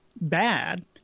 bad